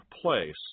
place